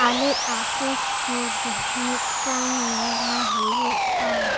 ᱟᱞᱮ ᱟᱛᱳ ᱥᱩᱨ ᱨᱮ ᱢᱤᱫᱴᱟᱝ ᱢᱮᱞᱟ ᱦᱩᱭᱩᱜᱼᱟ